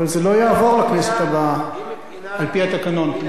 אבל זה לא יעבור לכנסת הבאה, על-פי התקנון כמובן.